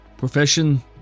Profession